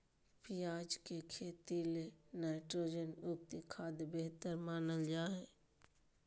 प्याज के खेती ले नाइट्रोजन युक्त खाद्य बेहतर मानल जा हय